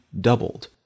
doubled